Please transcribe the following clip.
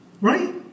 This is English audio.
Right